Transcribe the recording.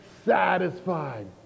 satisfied